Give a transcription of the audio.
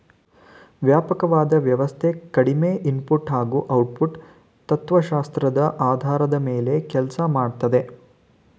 ವ್ಯಾಪಕವಾದ ವ್ಯವಸ್ಥೆ ಕಡಿಮೆ ಇನ್ಪುಟ್ ಹಾಗೂ ಔಟ್ಪುಟ್ ತತ್ವಶಾಸ್ತ್ರದ ಆಧಾರದ ಮೇಲೆ ಕೆಲ್ಸ ಮಾಡ್ತದೆ